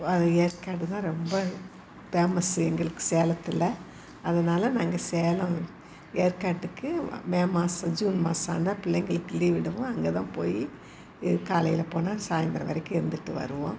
அது ஏற்காடு தான் ரொம்ப ஃபேமஸ்ஸு எங்களுக்கு சேலத்தில் அதனால் நாங்கள் சேலம் ஏற்காட்டுக்கு மே மாசம் ஜூன் மாசம் ஆனால் பிள்ளைகளுக்கு லீவ் விடவும் அங்கே தான் போய் இது காலையில் போனால் சாய்ந்திரம் வரைக்கும் இருந்துட்டு வருவோம்